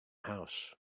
house